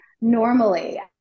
normally